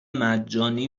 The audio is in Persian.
مجانی